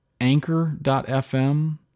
Anchor.fm